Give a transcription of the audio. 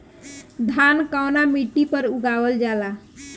धान कवना मिट्टी पर उगावल जाला?